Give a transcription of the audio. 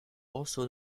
also